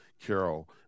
Carol